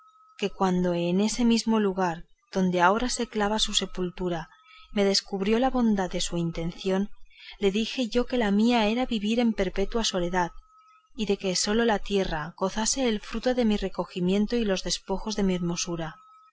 que cuando en ese mismo lugar donde ahora se cava su sepultura me descubrió la bondad de su intención le dije yo que la mía era vivir en perpetua soledad y de que sola la tierra gozase el fruto de mi recogimiento y los despojos de mi hermosura